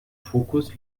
fokus